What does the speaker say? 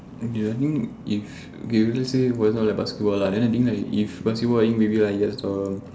okay i think if okay let's say for example like basketball lah then the thing like if basketball then maybe yes lor